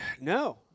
No